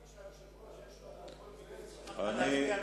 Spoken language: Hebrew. חשבתי שליושב-ראש יש כל מיני זכויות,